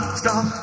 stop